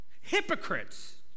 Hypocrites